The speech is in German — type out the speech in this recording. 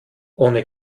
ohne